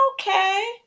okay